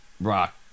rock